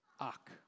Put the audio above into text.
Ak